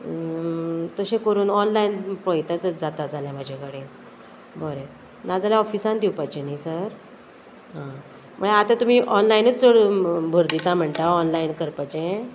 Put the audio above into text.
तशें करून ऑनलायन पळयता तर जाता जाल्यार म्हाजे कडेन बरें नाजाल्या ऑफिसान दिवपाची न्ही सर आं म्हळ्या आतां तुमी ऑनलायनूच चड भर दिता म्हणटा ऑनलायन करपाचें